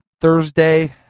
Thursday